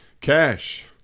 Cash